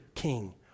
King